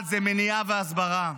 מניעה והסברה,